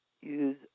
use